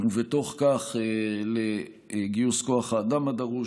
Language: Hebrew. ובתוך כך לגיוס כוח האדם הדרוש,